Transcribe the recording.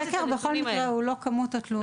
הסקר, בכל מקרה, הוא לא כמות התלונות.